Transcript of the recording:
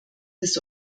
des